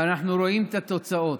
ואנחנו רואים את התוצאות.